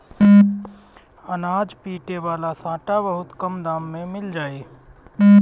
अनाज पीटे वाला सांटा बहुत कम दाम में मिल जाई